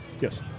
Yes